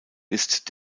ist